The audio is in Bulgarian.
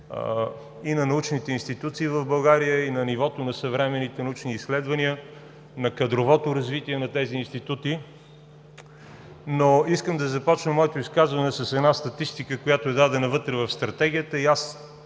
и на научните институции в България, и на нивото на съвременните научни изследвания, на кадровото развитие на тези институти, но искам да започна моето изказване с една статистика, която е дадена вътре в Стратегията.